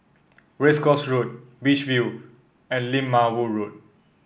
Race Course Road Beach View and Lim Ma Woo Road